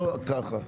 לא ככה.